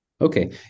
Okay